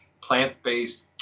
plant-based